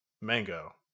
Mango